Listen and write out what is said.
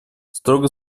строго